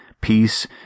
peace